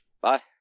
Bye